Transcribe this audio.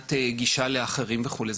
מבחינת גישה לאחרים וכולה,